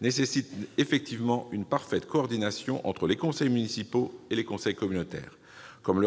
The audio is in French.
nécessite effectivement une parfaite coordination entre les conseils municipaux et les conseils communautaires. Comme